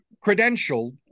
credential